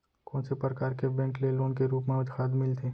कोन से परकार के बैंक ले लोन के रूप मा खाद मिलथे?